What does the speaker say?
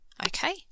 Okay